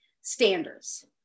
standards